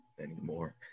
anymore